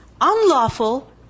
unlawful